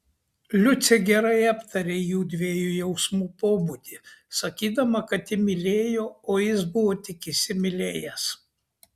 liucė gerai aptarė jųdviejų jausmų pobūdį sakydama kad ji mylėjo o jis buvo tik įsimylėjęs